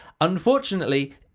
unfortunately